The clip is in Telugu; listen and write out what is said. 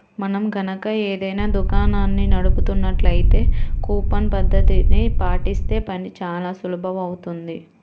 మనం గనక ఏదైనా దుకాణాన్ని నడుపుతున్నట్లయితే కూపన్ పద్ధతిని పాటిస్తే పని చానా సులువవుతుంది